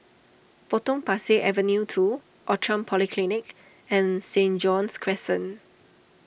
Potong Pasir Avenue two Outram Polyclinic and Saint John's Crescent